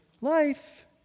life